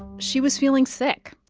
she was feeling sick.